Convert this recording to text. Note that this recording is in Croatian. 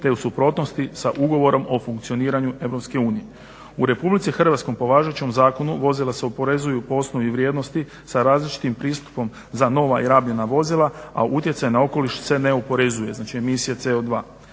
te u suprotnosti sa ugovorom o funkcioniranju Europske unije. U Republici Hrvatskoj po važećem zakonu vozila se oporezuju po osnovi vrijednost sa različitim pristupom za nova i rabljena vozila, a utjecaj na okoliš se ne oporezuje, znači emisije CO2.